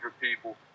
people